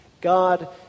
God